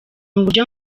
uburyo